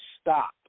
stop